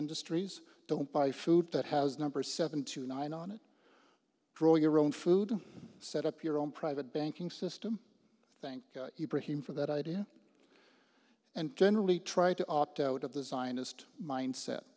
industries don't buy food that has number seven to nine on it draw your own food and set up your own private banking system thank you brit hume for that idea and generally try to opt out of the zionist mindset